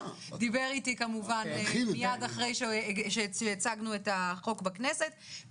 דיבר איתי מיד אחרי שהצגנו את החוק בכנסת,